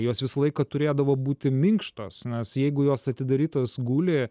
jos visą laiką turėdavo būti minkštas nas jeigu jos atidarytos guli